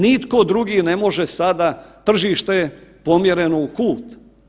Nitko drugi ne može sada, tržište je pomjereno u kut.